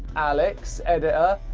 alex. editor.